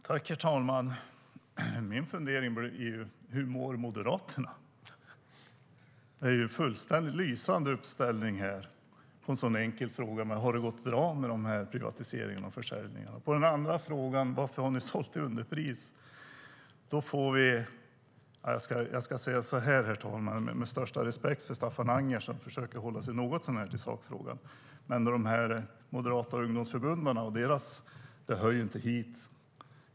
Herr talman! Hur mår Moderaterna? Det är en fullständigt lysande uppställning här på en enkel fråga om det har gått bra med privatiseringarna och försäljningarna. Jag har största respekt för Staffan Anger som försöker att hålla sig något så när till sakfrågan, men det de moderata ungdomsförbundarna säger hör inte hit.